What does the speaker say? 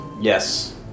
Yes